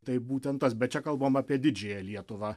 tai būtent tas bet čia kalbam apie didžiąją lietuvą